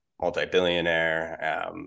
multi-billionaire